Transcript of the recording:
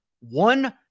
One